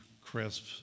crisp